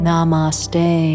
Namaste